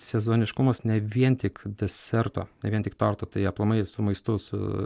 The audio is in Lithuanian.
sezoniškumas ne vien tik deserto ne vien tik torto tai aplamai su maistu su